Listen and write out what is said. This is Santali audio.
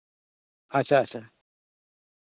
ᱟᱪᱪᱷᱟ ᱟᱪᱪᱷᱟ